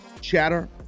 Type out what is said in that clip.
chatter